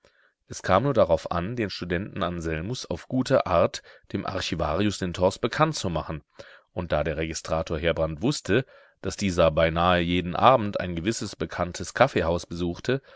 es kam nur darauf an den studenten anselmus auf gute art dem archivarius lindhorst bekannt zu machen und da der registrator heerbrand wußte daß dieser beinahe jeden abend ein gewisses bekanntes kaffeehaus besuchte